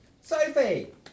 Sophie